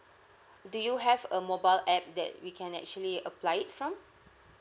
do you have a mobile app that we can actually apply it from